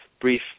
brief